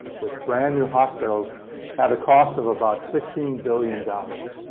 with brand-new hospitals at a cost of about sixteen billion dollars.